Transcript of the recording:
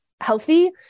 healthy